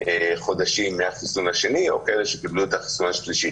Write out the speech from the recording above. חודשים מהחיסון השני או כאלה שקיבלו את החיסון השלישי.